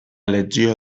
legió